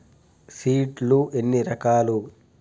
Seed లు ఎన్ని రకాలు?